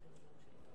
שקל.